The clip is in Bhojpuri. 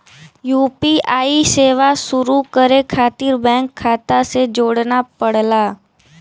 यू.पी.आई सेवा शुरू करे खातिर बैंक खाता से जोड़ना पड़ला